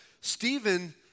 Stephen